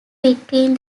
between